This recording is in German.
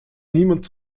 niemand